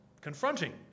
confronting